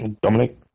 Dominic